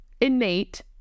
innate